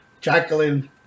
Jacqueline